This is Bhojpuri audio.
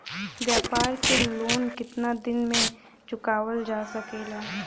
व्यापार के लोन कितना दिन मे चुकावल जा सकेला?